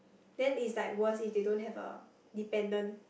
then is like worse if they don't have a dependent